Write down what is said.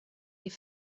die